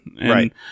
Right